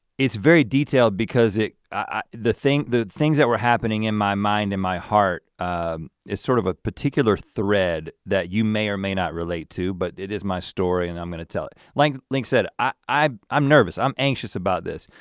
it's very detailed because the things that things that were happening in my mind, in my heart is sort of a particular thread that you may or may not relate to. but it is my story and i'm gonna tell it. like link said, i'm i'm nervous, i'm anxious about this.